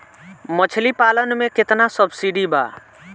मछली पालन मे केतना सबसिडी बा?